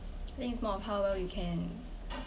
think more of power we can